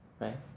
right